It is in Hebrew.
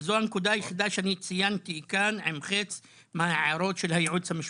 אבל זו הנקודה היחידה שאני ציינתי כאן עם חץ מההערות של הייעוץ המשפטי.